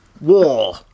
War